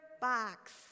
box